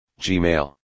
Gmail